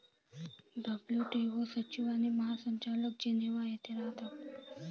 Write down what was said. WTO सचिव आणि महासंचालक जिनिव्हा येथे राहतात